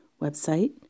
website